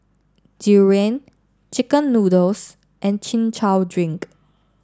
durian Chicken Noodles and Chin Chow Drink